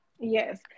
Yes